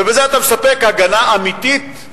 בזה אתה מספק הגנה אמיתית,